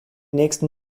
nächsten